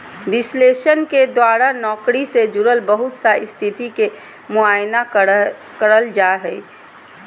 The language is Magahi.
विश्लेषण के द्वारा नौकरी से जुड़ल बहुत सा स्थिति के मुआयना कइल जा हइ